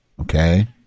okay